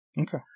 Okay